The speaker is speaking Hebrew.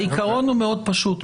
העיקרון מאוד פשוט.